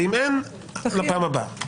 ואם אין לפעם הבאה.